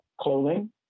clothing